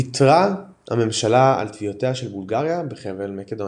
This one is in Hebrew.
ויתרה הממשלה על תביעותיה של בולגריה בחבל מקדוניה.